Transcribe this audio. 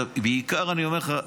בעיקר אני אומר לך,